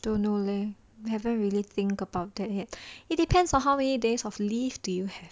don't know leh haven't really think about that yet it depends on how many days of leave do you have